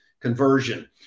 conversion